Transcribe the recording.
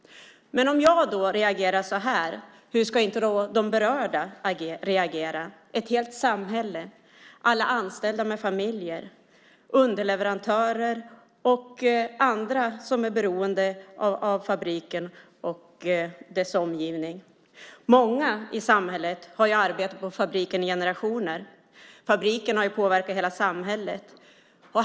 Om jag reagerar så här hur ska då inte de berörda reagera - ett helt samhälle, alla anställda med familjer, underleverantörer och andra som är beroende av fabriken och dess omgivning? Många i samhället har arbetat på fabriken i generationer. Fabriken har påverkat hela samhället.